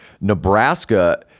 Nebraska